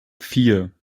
vier